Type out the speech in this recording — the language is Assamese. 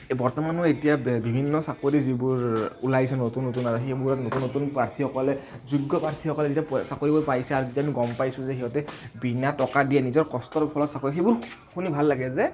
বৰ্তমানো এতিয়া বিভিন্ন চাকৰি যিবোৰ ওলাইছে নতুন নতুন আৰু সেইবোৰত নতুন নতুন প্ৰাৰ্থীসকলে যোগ্য প্ৰাৰ্থীসকলে যেতিয়া চাকৰিবোৰ পাইছে আজি আমি গম পাইছোঁ যে সিহঁতে বিনা টকা দিয়ে নিজৰ কষ্টৰ ফলত চাকৰি সেইবোৰ শুনি ভাল লাগে যে